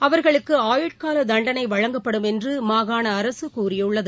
அவர்களுக்கு ஆயுட்கால தண்டனை வழங்கப்படும் என்று மாகாண அரசு கூறியுள்ளது